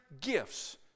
gifts